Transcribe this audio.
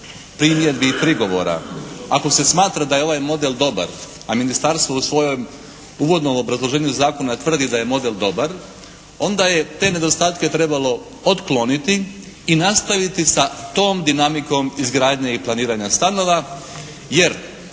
primjedbi i prigovora, ako se smatra da je ovaj model dobar a ministarstvo u svojem uvodnom obrazloženju zakona tvrdi da je model dobar, onda je te nedostatke trebalo otkloniti i nastaviti sa tom dinamikom izgradnje i planiranja stanova. Jer,